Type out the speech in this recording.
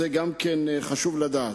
גם את זה חשוב לדעת.